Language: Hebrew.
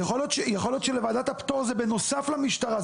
יכול להיות שלוועדת הפטור זה בנוסף למשטרה,